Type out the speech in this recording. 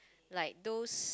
like those